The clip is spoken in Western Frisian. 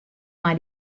mei